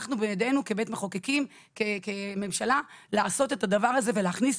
אנחנו בידינו כבית מחוקקים וכממשלה לעשות את הדבר הזה ולהכניס